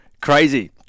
crazy